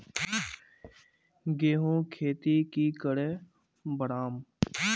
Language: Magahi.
गेंहू खेती की करे बढ़ाम?